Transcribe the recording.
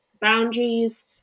boundaries